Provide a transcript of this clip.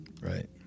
Right